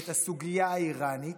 את הסוגיה האיראנית,